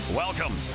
Welcome